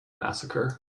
massacre